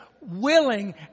willing